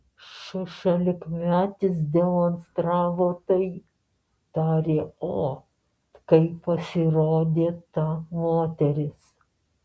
šešiolikmetis demonstravo tai tarė o kai pasirodė ta moteris